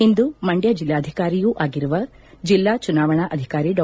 ಇಂದು ಮಂಡ್ಡ ಜಿಲ್ಲಾಧಿಕಾರಿಯೂ ಆಗಿರುವ ಜಿಲ್ಲಾ ಚುನಾವಣಾ ಅಧಿಕಾರಿ ಡಾ